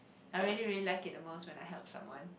I really really like it the most when I help someone